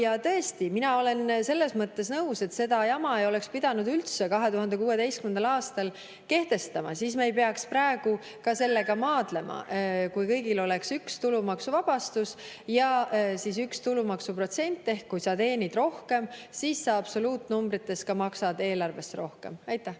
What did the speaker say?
Ja tõesti, mina olen selles mõttes nõus, et seda jama ei oleks pidanud üldse 2016. aastal kehtestama. Siis me ei peaks praegu sellega maadlema, kui kõigil oleks üks tulumaksuvabastus ja üks tulumaksuprotsent: kui sa teenid rohkem, siis absoluutnumbrites maksad ka eelarvesse rohkem. Aitäh!